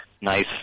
nice